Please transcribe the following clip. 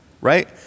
right